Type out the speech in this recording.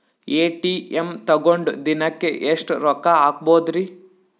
ATM ತಗೊಂಡ್ ದಿನಕ್ಕೆ ಎಷ್ಟ್ ರೊಕ್ಕ ಹಾಕ್ಬೊದ್ರಿ?